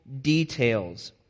details